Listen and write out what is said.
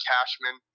Cashman